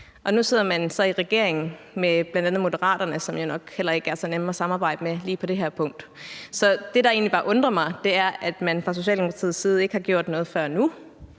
Nu sidder man så i regering med bl.a. Moderaterne, som jo nok heller ikke er så nemme at samarbejde med lige på det her punkt. Så det, der egentlig undrer mig, er, at man fra Socialdemokratiets side ikke har gjort noget før nu.